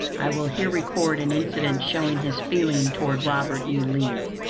i will here record an incident showing his feeling toward robert e. lee.